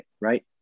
right